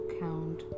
count